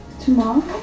Tomorrow